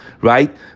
Right